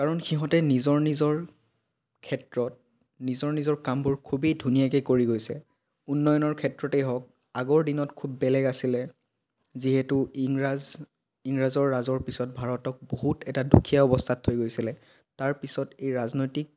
কাৰণ সিহঁতে নিজৰ নিজৰ ক্ষেত্ৰত নিজৰ নিজৰ কামবোৰ খুবেই ধুনীয়াকৈ কৰি গৈছে উন্নয়নৰ ক্ষেত্ৰতেই হওক আগৰ দিনত খুব বেলেগ আছিলে যিহেতু ইংৰাজ ইংৰাজৰ ৰাজৰ পিছত ভাৰতক বহুত এটা দুখীয়া অৱস্থাত থৈ গৈছিলে তাৰপিছত এই ৰাজনৈতিক